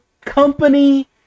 company